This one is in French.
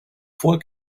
fois